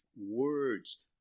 Words